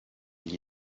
gli